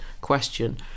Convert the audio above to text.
question